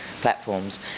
platforms